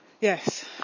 Yes